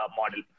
model